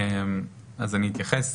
אני אתייחס.